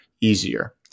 easier